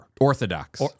Orthodox